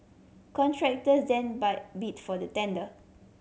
contractors then buy bid for the tender